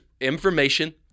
information